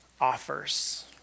offers